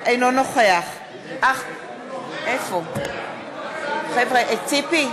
נגד אחמד טיבי,